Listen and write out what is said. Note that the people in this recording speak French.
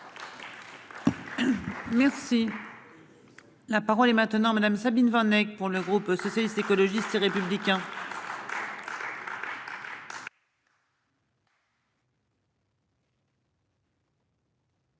Merci. La parole est maintenant madame Sabine Vanek pour le groupe socialiste, écologiste et républicain.